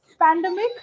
pandemic